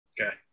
okay